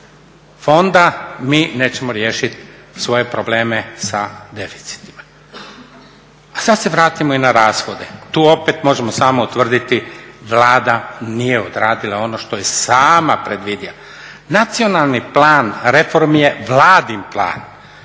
fonda mi nećemo riješiti svoje probleme sa deficitima. A sad se vratimo i na rashode. Tu opet možemo samo utvrditi Vlada nije odradila ono što je sama predvidjela. Nacionalni plan reformi je Vladin plan,